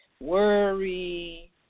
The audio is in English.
worry